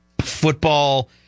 football